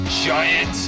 Giant